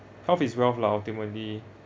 health is wealth lah ultimately